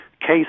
case